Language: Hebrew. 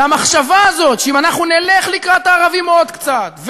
והמחשבה הזאת שאם אנחנו נלך לקראת הערבים עוד קצת,